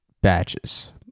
batches